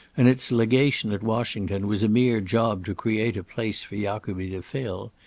and its legation at washington was a mere job to create a place for jacobi to fill,